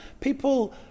people